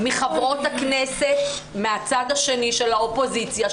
חברות הכנסת מהצד השני של האופוזיציה,